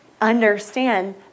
understand